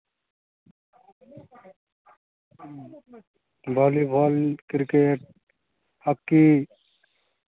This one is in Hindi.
बॉलीबॉल क्रिकेट आपकी